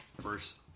First